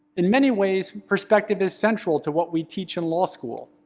in many ways, perspective is central to what we teach in law school.